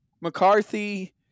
McCarthy